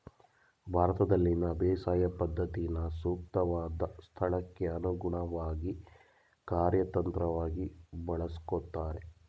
ಭಾರತದಲ್ಲಿನ ಬೇಸಾಯ ಪದ್ಧತಿನ ಸೂಕ್ತವಾದ್ ಸ್ಥಳಕ್ಕೆ ಅನುಗುಣ್ವಾಗಿ ಕಾರ್ಯತಂತ್ರವಾಗಿ ಬಳಸ್ಕೊಳ್ತಾರೆ